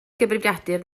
gyfrifiadur